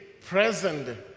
present